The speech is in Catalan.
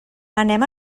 anem